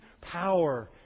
power